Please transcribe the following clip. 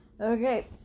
Okay